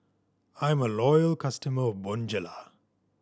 I'm a loyal customer of Bonjela